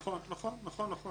נכון, נכון.